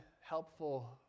helpful